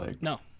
No